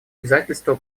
обязательства